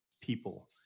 people